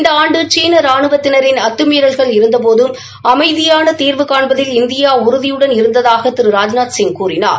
இந்த ஆண்டு சீன ரானுவத்தினாின் அத்தமீறல்கள் இருந்தபோதும் அமைதியான தீர்வு காண்பதில் இந்தியா உறுதியுடன் இருந்ததாக திரு ராஜ்நாத்சிங் கூறினார்